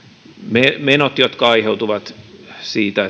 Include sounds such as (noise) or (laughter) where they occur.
menot jotka aiheutuvat siitä (unintelligible)